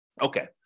Okay